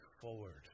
forward